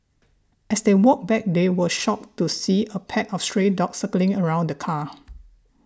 as they walked back they were shocked to see a pack of stray dogs circling around the car